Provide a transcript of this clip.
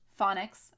phonics